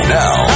now